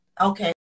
Okay